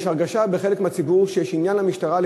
יש הרגשה בחלק מהציבור שיש למשטרה עניין